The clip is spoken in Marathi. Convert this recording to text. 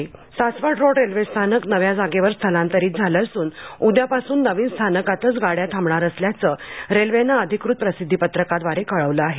रेल्वे स्थानक सासवड रोड रेल्वे स्थानक नव्या जागेवर स्थलांतरित झालं असून उद्यापासून नवीन स्थानकातच गाड्या थांबणार असल्याचं रेल्वेनं अधिकृत प्रसिद्धी पत्रकाद्वारे कळवलं आहे